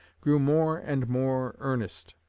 grew more and more earnest.